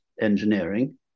engineering